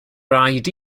rhaid